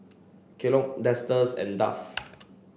Kellogg and Dove